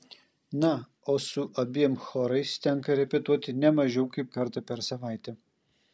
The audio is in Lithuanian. na o su abiem chorais tenka repetuoti ne mažiau kaip kartą per savaitę